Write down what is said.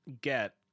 get